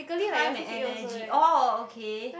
time and energy oh okay